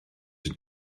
ydyn